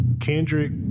Kendrick